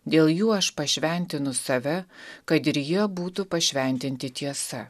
dėl jų aš pašventinu save kad ir jie būtų pašventinti tiesa